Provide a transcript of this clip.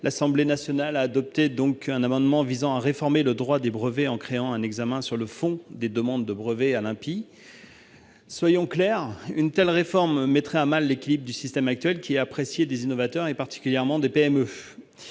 l'Assemblée nationale a adopté un amendement visant à réformer les droits des brevets en créant un examen sur le fond des demandes de brevets à l'INPI. Soyons clairs, une telle réforme mettrait à mal l'équilibre du système actuel, qui est apprécié des innovateurs, particulièrement des PME.